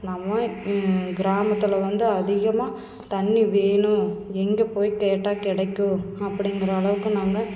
நம்ம கிராமத்தில் வந்து அதிகமாக தண்ணி வேணும் எங்கே போய் கேட்டால் கிடைக்கும் அப்படிங்கிற அளவுக்கும் நாங்கள்